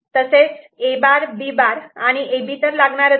तसेच A' B' आणि A B लागणारच आहेत